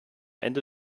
ende